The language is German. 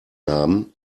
haben